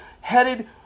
headed